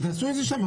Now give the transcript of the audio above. תעשו את זה שם,